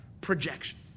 projection